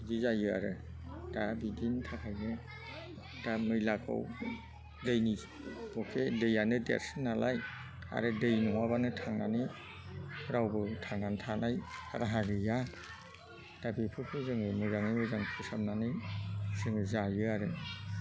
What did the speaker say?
बिदि जायो आरो दा बिदिनि थाखायनो दा मैलाखौ दैनि मते दैआनो देरसिन नालाय आरो दै नङाबानो थांनानै रावबो थांनानै थानाय राहा गैया दा बेफोरखौ जोङो मोजाङै मोजां फोसाबनानै जोङो जायो आरो